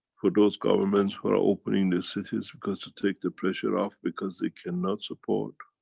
for those governments who are opening their cities, because to take the pressure off, because, they cannot support,